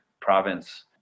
province